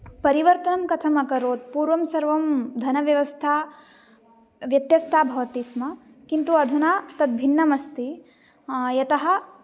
परिवर्तनं कथम् अकरोत् पूर्वं सर्वं धनव्यवस्था व्यत्त्यस्था भवति स्म किन्तु अधुना तद्भिन्नम् अस्ति यतः